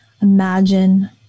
Imagine